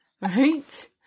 right